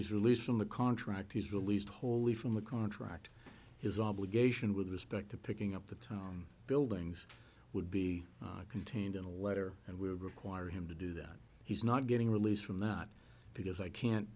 his release from the contract he's released wholly from the contract his obligation with respect to picking up the town buildings would be contained in a letter and would require him to do that he's not getting released from not because i can't